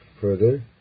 further